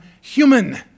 human